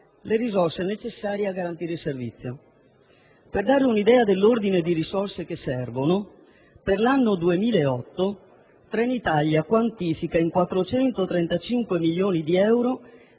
le risorse necessarie a mantenere il servizio. Per dare un'idea dell'ordine di risorse che servono per l'anno 2008, Trenitalia quantifica in 435 milioni di euro